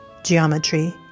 geometry